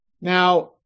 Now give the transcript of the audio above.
Now